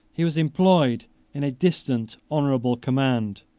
he was employed in a distant honorable command,